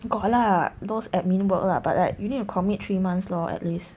got lah those admin work lah but like you need to commit three months lor at least